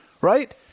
right